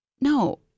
No